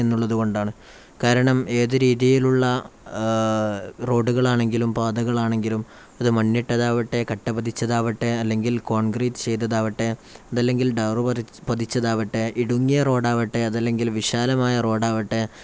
എന്നുള്ളതുകൊണ്ടാണ് കാരണം ഏതുരീതിയിലുള്ള റോഡുകളാണെങ്കിലും പാതകളാണെങ്കിലും അത് മണ്ണിട്ടതാകട്ടെ കട്ട പതിച്ചതാകട്ടെ അല്ലെങ്കിൽ കോൺക്രീറ്റ് ചെയ്തതാകട്ടെ അതല്ലെങ്കിൽ ടാറ് പതിച്ചതാകട്ടെ ഇടുങ്ങിയ റോഡാകട്ടെ അതല്ലെങ്കിൽ വിശാലമായ റോഡാകട്ടെ